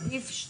(2)בסעיף 2